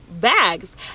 bags